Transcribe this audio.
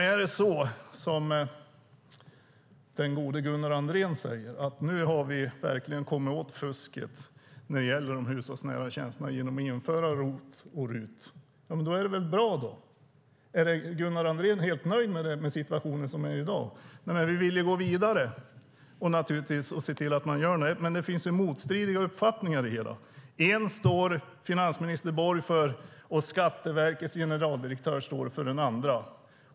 Är det så som den gode Gunnar Andrén säger, det vill säga att vi nu verkligen har kommit åt fusket när det gäller de hushållsnära tjänsterna genom att införa ROT och RUT - ja, då är det väl bra. Är Gunnar Andrén helt nöjd med den situation som är i dag? Vi vill naturligtvis gå vidare och se till att man gör det här, men det finns motstridiga uppfattningar i det hela. En står finansminister Anders Borg för, och Skatteverkets generaldirektör står för den andra.